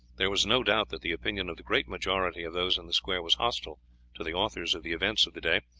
there was no doubt that the opinion of the great majority of those in the square was hostile to the authors of the events of the day,